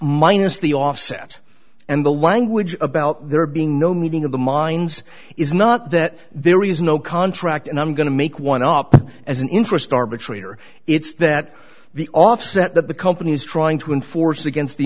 minus the offset and the language about there being no meeting of the minds is not that there is no contract and i'm going to make one up as a interest arbitrator it's that the offset that the company is trying to enforce against the